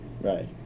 Right